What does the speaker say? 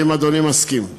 האם אדוני מסכים?